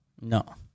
No